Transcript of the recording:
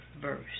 verse